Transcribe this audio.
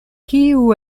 kiu